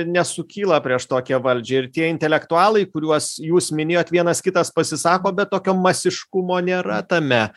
nesukyla prieš tokią valdžią ir tie intelektualai kuriuos jūs minėjot vienas kitas pasisako bet tokio masiškumo nėra tame